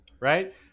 right